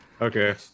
Okay